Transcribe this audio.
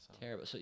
terrible